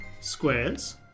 squares